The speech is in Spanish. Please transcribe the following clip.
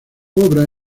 obra